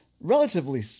relatively